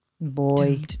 boy